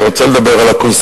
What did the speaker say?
אני רוצה לדבר על הקונספציה,